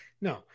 No